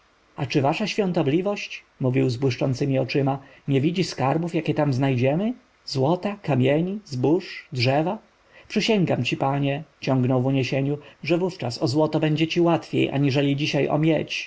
czy wasza świątobliwość mówił z błyszczącemi oczyma nie widzi skarbów jakie tam znajdziemy złota kamieni zbóż drzewa przysięgam ci panie ciągnął z uniesieniem że wówczas o złoto będzie ci łatwiej aniżeli dzisiaj o miedź